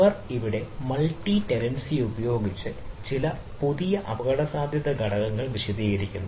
അവർ ഇവിടെ multi tenancy ഉപയോഗിച്ച് ചില പുതിയ അപകടസാധ്യത ഘടകങ്ങൾ വിശദീകരിക്കുന്നു